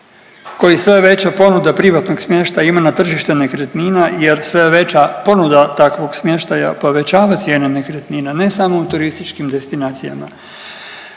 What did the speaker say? koji sve veća ponuda privatnog smještaja ima na tržište nekretnina jer sve veća ponuda takvog smještaja povećava cijene nekretnina, ne samo u turističkim destinacijama